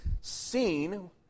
seen